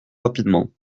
rapidement